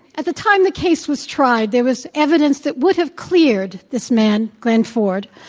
at the time the case was tried, there was evidence that would have cleared this man, glenn ford.